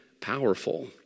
powerful